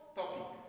topic